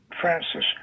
Francis